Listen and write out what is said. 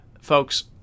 folks